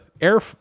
air